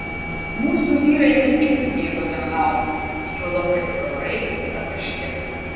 mūsų vyrai ne itin mėgo ten maudytis juolab kad ir orai nėra karšti